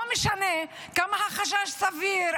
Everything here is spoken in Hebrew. לא משנה כמה החשש סביר,